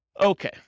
Okay